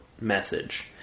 message